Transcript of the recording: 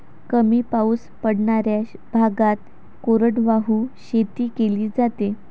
कमी पाऊस पडणाऱ्या भागात कोरडवाहू शेती केली जाते